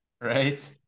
right